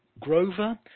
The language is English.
Grover